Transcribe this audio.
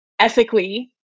ethically